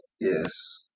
Yes